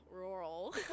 rural